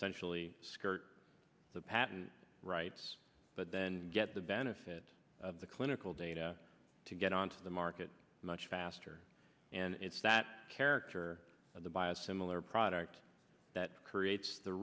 essentially skirt the patent rights but then get the benefit of the clinical data to get onto the market much faster and it's that character of the buy a similar product that creates the